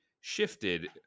shifted